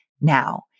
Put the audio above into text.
now